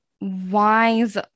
wise